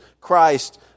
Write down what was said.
Christ